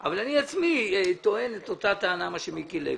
לגייס אבל אני עצמי טוען את אותה טענה שטען חבר הכנסת מיקי לוי.